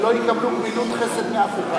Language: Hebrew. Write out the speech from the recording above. שלא יקבלו גמילות חסד מאף אחד,